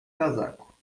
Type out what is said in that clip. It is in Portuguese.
casaco